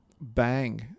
bang